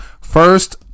First